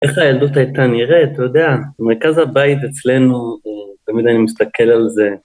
איך הילדות הייתה נראית, אתה יודע, מרכז הבית אצלנו, תמיד אני מסתכל על זה.